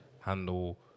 handle